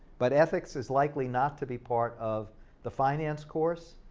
but ethics is likely not to be part of the finance course.